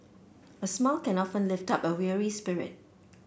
a smile can often lift up a weary spirit